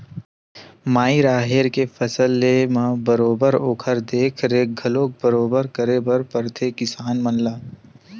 माई राहेर के फसल लेय म बरोबर ओखर देख रेख घलोक बरोबर करे बर परथे किसान मन ला